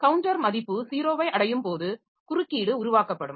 counter மதிப்பு 0 ஐ அடையும் போது குறுக்கீடு உருவாக்கப்படும்